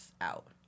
out